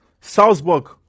Salzburg